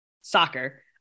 soccer